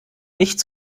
nicht